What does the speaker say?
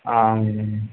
ஆ ம்